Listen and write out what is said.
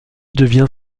devient